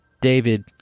David